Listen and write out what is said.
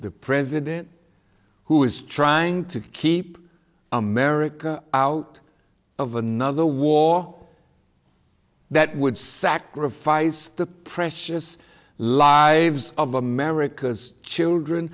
the president who is trying to keep america out of another war that would sacrifice the precious lives of america's children